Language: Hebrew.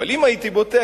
אבל אם הייתי בוטה,